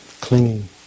clinging